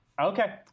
okay